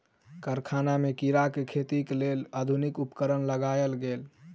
कारखाना में कीड़ा के खेतीक लेल आधुनिक उपकरण लगायल गेल